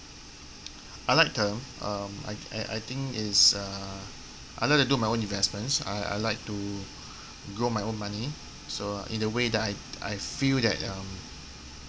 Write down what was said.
I like term um I I think is err other than do my own investments I I like to grow my own money so in a way that I I feel that um